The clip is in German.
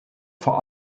vor